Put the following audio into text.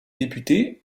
députés